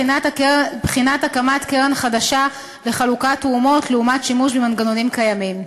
בחינת הקמת קרן חדשה לחלוקת תרומות לעומת שימוש במנגנונים קיימים.